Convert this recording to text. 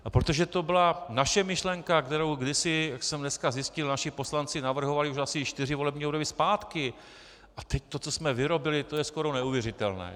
A protože to byla naše myšlenka, kterou kdysi, jak jsem dneska zjistil, naši poslanci navrhovali už asi čtyři volební období zpátky, tak to, co jsme vyrobili, to je skoro neuvěřitelné.